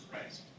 Christ